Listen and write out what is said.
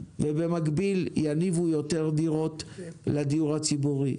ובמקביל יניבו יותר דירות לדיור הציבורי.